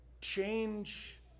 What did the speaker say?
change